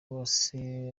bose